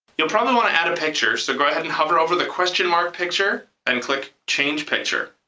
you'll probably want to add a picture, so go ahead and hover over the question mark picture and click change picture,